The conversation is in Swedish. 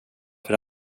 för